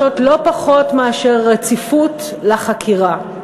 לדמוקרטיה לא פחות מאשר רציפות לחקירה.